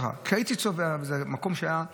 הייתי צובע, כי זה מקום שהיה נשחק,